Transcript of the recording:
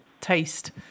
taste